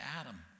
Adam